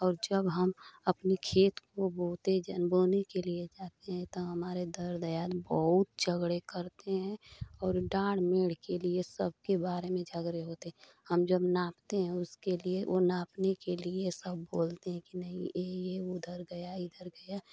और जब हम अपनी खेत को बोते जा बोने के लिए जाते हैं तो हमारे दर दयान बहुत झगड़े करते हैं और दांड मेड के लिए सबके बारे में झगड़े होते हैं हम जब नापते हैं उसके लिए और नापने के लिए सब बोलते हैं कि नहीं यह यह उधर गया इधर गया